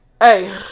Hey